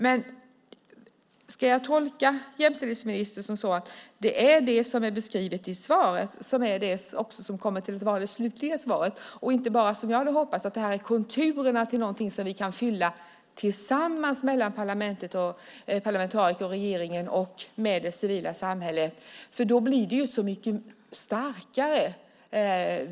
Men ska jag tolka jämställdhetsministern på det sättet att det är det som är beskrivet i svaret som också kommer att vara det slutliga svaret och att det inte bara är - som jag hade hoppats - konturerna till någonting som vi parlamentariker och regeringen tillsammans med det civila samhället kan fylla? Då skulle det bli så mycket starkare.